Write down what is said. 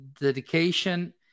dedication